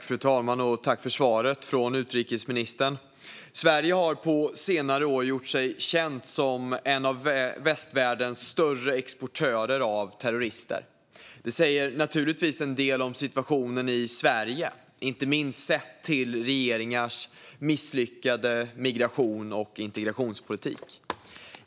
Fru talman! Jag tackar för svaret från utrikesministern. Sverige har på senare år gjort sig känt som en av västvärldens större exportörer av terrorister. Det säger naturligtvis en del om situationen i Sverige, inte minst sett till regeringars misslyckade migrations och integrationspolitik.